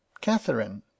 catherine